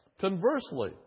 Conversely